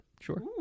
Sure